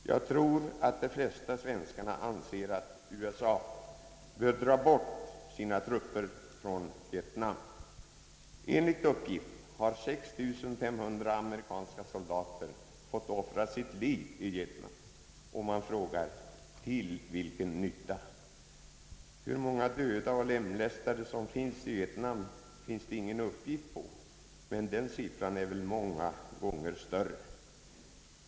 Jag tror att de flesta svenskar anser, att USA bör dra bort sina trupper från Vietnam. Enligt uppgift har 6 500 amerikanska soldater fått offra sitt liv i Vietnam, och man frågar: Till vilken nytta? Hur många döda och lemlästade man har i Vietnam finns det ingen uppgift på, men den siffran är väl många gånger större.